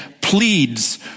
pleads